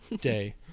day